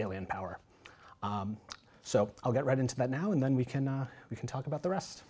alien power so i'll get right into that now and then we can we can talk about the rest